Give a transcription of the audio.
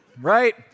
right